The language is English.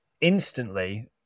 instantly